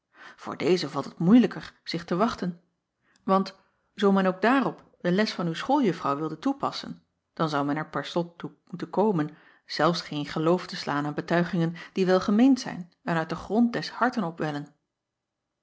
voor deze valt het moeilijker zich te wachten want zoo men ook daarop de les van uw school juffrouw wilde toepassen dan zou men er per slot toe moeten komen zelfs geen geloof te slaan aan betuigingen die welgemeend zijn en uit den grond des harten opwellen